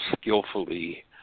skillfully